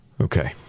Okay